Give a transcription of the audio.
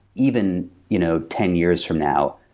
even you know ten years from now,